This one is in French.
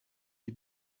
les